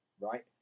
right